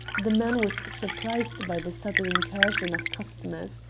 the man was surprised by the sudden incursion of customers.